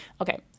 Okay